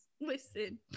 listen